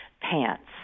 pants